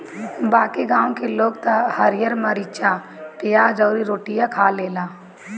बाकी गांव के लोग त हरिहर मारीचा, पियाज अउरी रोटियो खा लेला